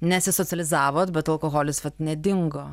nesisocializavot bet alkoholis vat nedingo